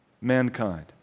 Mankind